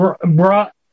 Brought